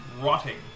rotting